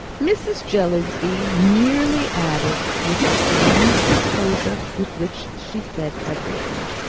mrs. jellyby merely added, with the serene composure with which she said everything,